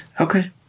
Okay